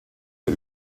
ihr